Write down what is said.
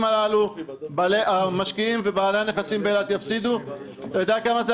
הללו המשקיעים ובעלי הנכסים באילת יפסידו אתה יודע כמה זה,